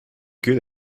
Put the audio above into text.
good